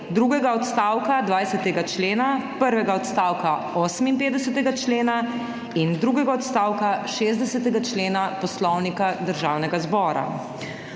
drugega odstavka 20. člena, prvega odstavka 58. člena in drugega odstavka 60. člena Poslovnika Državnega zbora.